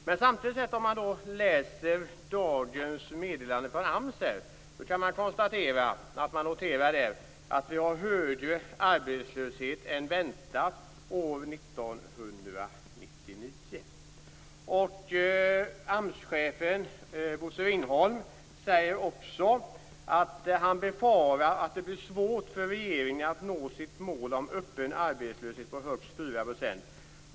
Men när man läser dagens meddelande från AMS kan man konstatera att vi har högre arbetslöshet än väntat år AMS-chefen Bo Ringholm säger också att han befarar att det blir svårt för regeringen att nå sitt mål om en öppen arbetslöshet på högst 4 %.